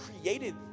created